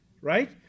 right